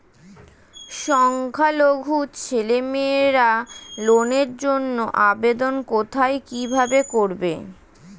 সংখ্যালঘু ছেলেমেয়েরা লোনের জন্য আবেদন কোথায় কিভাবে করবে?